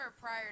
prior